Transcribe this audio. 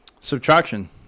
Subtraction